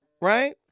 Right